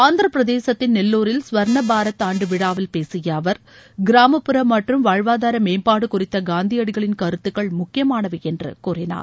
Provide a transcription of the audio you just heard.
ஆந்திரப் பிரதேசத்தின் நெல்லூரில் சுவர்ன பாரத் ஆண்டு விழாவில் பேசிய அவர் கிராமப்புற மற்றும் வாழ்வாதார மேம்பாடு குறித்த காந்தியடிகளின் கருத்துக்கள் முக்கியமானவை என்று கூறினார்